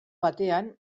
batean